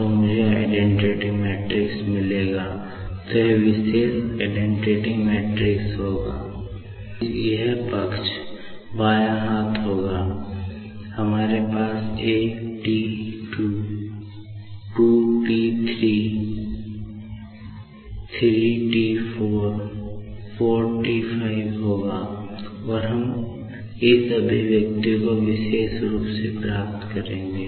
तो मुझे identity matrix I होगा और इसीलिए इस पक्ष पर बायाँ हाथ होगा हमारे पास 21T 23T 34T 45T होगा और हम इस अभिव्यक्ति को विशेष रूप से प्राप्त करेंगे